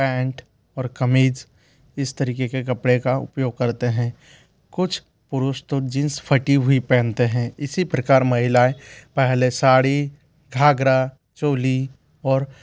paint और कमीज इस तरीके के कपड़े का उपयोग करते हैं कुछ पुरुष तो जीन्स फटी हुई पहनते हैं इसी प्रकार महिलाऍं पहले साड़ी घाघरा चोली और